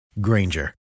Granger